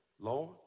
Lord